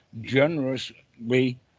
generously